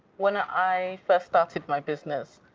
when i first started my business,